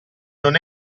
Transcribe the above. non